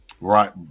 Right